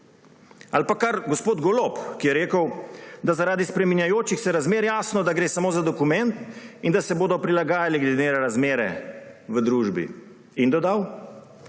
Ali pa kar gospod Golob, ki je rekel, da je zaradi spreminjajočih se razmer jasno, da gre samo za dokument, in da se bodo prilagajali glede na razmere v družbi. In dodal: